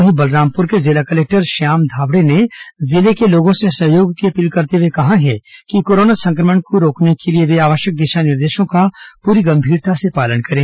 वहीं बलरामपुर के जिला कलेक्टर श्याम धावड़े ने जिले के लोगों से सहयोग की अपील करते हुए कहा है कि कोरोना संक्रमण को रोकने के लिए वे आवश्यक दिशा निर्देशो का पूरी गंभीरता से पालन करे